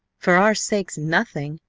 for our sakes, nothing!